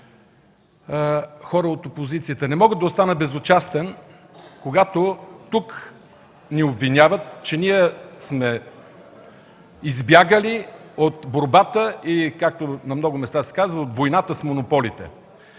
хора от опозицията! Не мога да остана безучастен, когато тук ни обвиняват, че ние сме избягали от борбата и както на много места се казва: от войната с монополите.